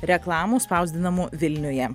reklamų spausdinamų vilniuje